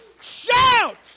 Shout